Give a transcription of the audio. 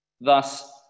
Thus